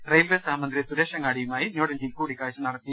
railway സഹമന്ത്രി സുരേഷ് അങ്ങാടിയുമായി ന്യൂഡൽഹിയിൽ കൂടിക്കാഴ്ച നട ത്തി